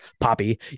poppy